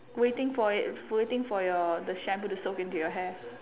waiting for it waiting for your the shampoo to soak into your hair